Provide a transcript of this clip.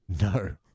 No